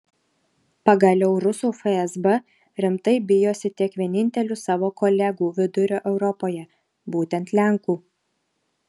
pagaliau rusų fsb rimtai bijosi tik vienintelių savo kolegų vidurio europoje būtent lenkų